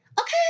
Okay